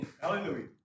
Hallelujah